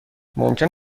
ممکن